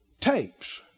tapes